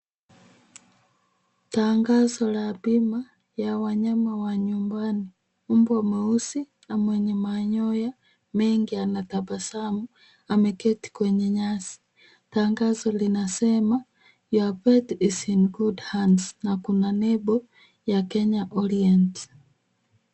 Tangazo la bima ya wanyama wa nyumbani, mbwa mweusi na mwenye manyoya mengi anatabasamu ameketi kwenye nyasi. Tangazo linasema your pet is in good hands na kuna nembo ya Kenya Orient.